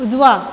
उजवा